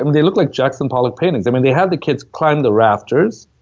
and they look like jackson pollock paintings. um and they had the kids climb the rafters,